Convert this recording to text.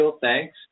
thanks